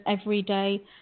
everyday